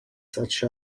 such